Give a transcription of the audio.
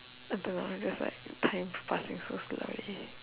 I don't know just like time is passing so slowly